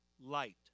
light